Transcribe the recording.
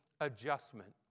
adjustment